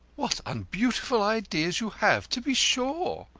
what unbeautiful ideas you have to be sure!